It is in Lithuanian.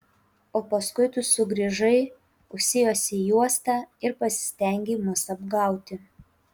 o paskui tu sugrįžai užsijuosei juostą ir pasistengei mus apgauti